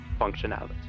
functionality